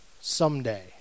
someday